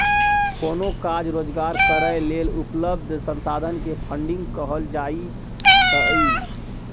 कोनो काज रोजगार करै लेल उपलब्ध संसाधन के फन्डिंग कहल जाइत छइ